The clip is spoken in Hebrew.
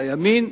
הימין,